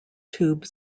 tube